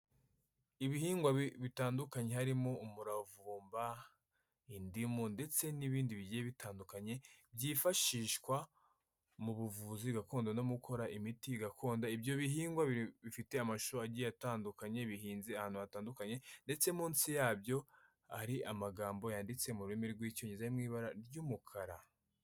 Ibihingwa bitandukanye harimo, umuravumba indimu ndetse n'ibindi bigiye bitandukanye byifashishwa mu buvuzi gakondo no gukora imiti igakondo. Ibyo bihingwa bifite amashusho agiye atandukanye bihinze ahantu hatandukanye, ndetse munsi yabyo hari amagambo yanditse mu rurimi rw'icyongereza ari mu ibara ry'umukara.